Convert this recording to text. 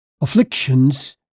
afflictions